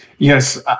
Yes